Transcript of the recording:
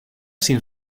sin